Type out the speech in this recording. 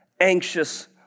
anxious